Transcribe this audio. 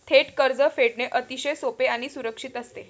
थेट कर्ज फेडणे अतिशय सोपे आणि सुरक्षित असते